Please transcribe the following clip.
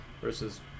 versus